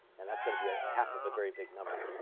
and that's going to be ah half of a very big number.